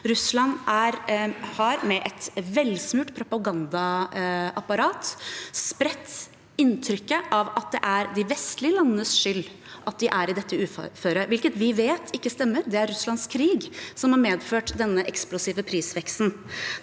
Russland har, med et velsmurt propagandaapparat, spredt det inntrykket at det er de vestlige landenes skyld at de er i dette uføret, hvilket vi vet ikke stemmer. Det er Russlands krig som har medført denne eksplosive prisveksten.